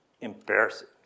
Embarrassing